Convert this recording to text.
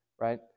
right